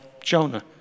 Jonah